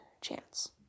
chance